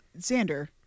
Xander